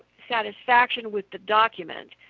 satisfaction with the document,